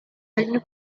une